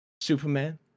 Superman